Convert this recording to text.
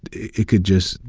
it could just,